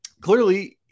Clearly